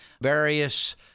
various